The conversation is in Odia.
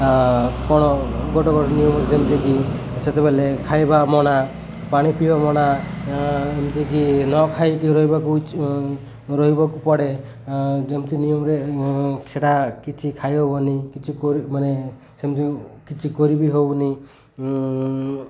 କ'ଣ ଗୋଟେ ଗୋଟେ ନିୟମ ଯେମିତିକି ସେତେବେଲେ ଖାଇବା ମନା ପାଣି ପିଇବା ମନା ଏମିତିକି ନ ଖାଇକି ରହିବାକୁ ରହିବାକୁ ପଡ଼େ ଯେମିତି ନିୟମରେ ସେଇଟା କିଛି ଖାଇ ହେବନି କିଛି ମାନେ ସେମିତି କିଛି କରିବି ହେଉନି